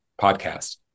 podcast